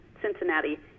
Cincinnati